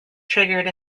triggered